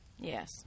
Yes